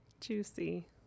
juicy